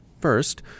First